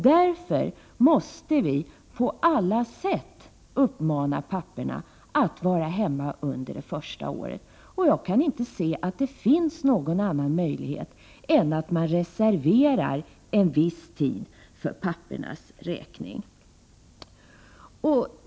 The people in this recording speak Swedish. Därför måste vi på alla sätt uppmana papporna att vara hemma under det första året. Jag kan inte se annat än att man måste reservera en viss tid för pappornas räkning.